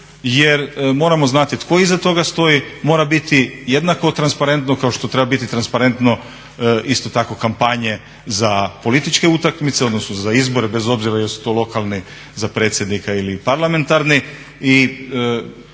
jer moramo znati tko iza toga stoji, mora biti jednako transparentno kao što treba biti transparentno isto tako kampanje za političke utakmice odnosno za izbore, bez obzira jesu to lokalni za predsjednika ili parlamentarni.